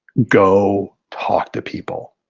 go talk to people,